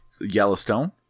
Yellowstone